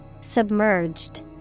Submerged